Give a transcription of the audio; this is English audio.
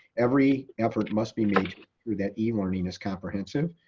every effort must be made through that um e-learning is comprehensive,